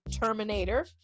Terminator